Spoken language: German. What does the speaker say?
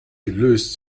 gelöst